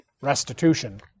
restitution